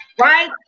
Right